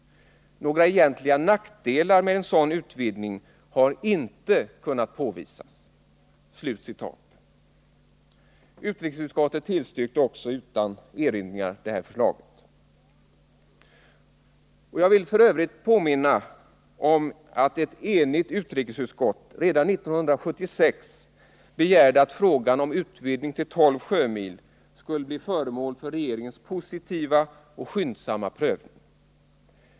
Några egentliga nackdelar med en sådan utvidgning har inte kunnat påvisas.” Utrikesutskottet tillstyrkte också förslaget utan erinringar. Jag vill f. ö. påminna om att ett enigt utrikesutskott redan 1976 begärde att frågan om en utvidgning till 12 sjömil skulle bli ”föremål för regeringens positiva och skyndsamma prövning”.